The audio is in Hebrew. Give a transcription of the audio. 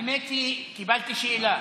האמת היא, קיבלתי שאלה.